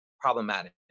problematic